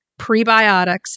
prebiotics